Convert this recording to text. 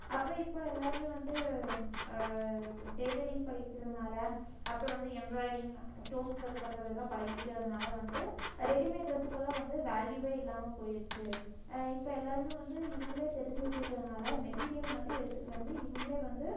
அப்புறம் இப்போ எல்லாருமே வந்து டெய்லரிங் படிக்கிறதுனால் அப்புறம் வந்து எம்ப்ராய்டிங் ஸ்டோன்ஸ் ஒர்க் பண்றதெல்லாம் பழகிக்கிறதுனால் வந்து ரெடிமேட் டிரெஸுக்கெல்லாம் வந்து வேல்யூவே இல்லாமல் போயிருச்சி இப்போ எல்லாருமே வந்து இவங்களே தெரிஞ்சு வெச்சிக்கிறதுனால் மெட்டீரியல் மட்டும் எடுத்துட்டு வந்து இவங்களே வந்து